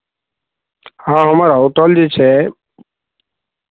हँ हमर होटल जे छै